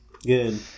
Good